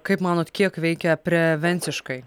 kaip manot kiek veikia prevenciškai